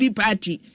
party